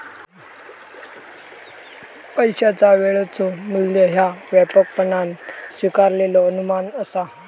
पैशाचा वेळेचो मू्ल्य ह्या व्यापकपणान स्वीकारलेलो अनुमान असा